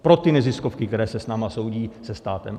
Pro ty neziskovky, které se s námi soudí, se státem.